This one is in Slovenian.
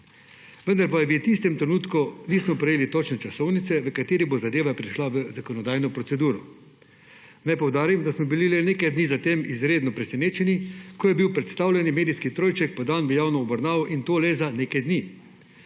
Vendar pa že takrat nismo prejeli točne časovnice, v kateri bo zadeva prišla v zakonodajno proceduro. Naj poudarim, da smo bili le nekaj dni zatem izredno presenečeni, ko je bil predstavljen in medijski trojček podan v javno obravnavo in to le za nekaj dni.